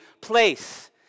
place